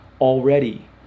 already